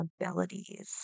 abilities